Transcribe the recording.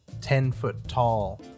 ten-foot-tall